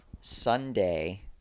Sunday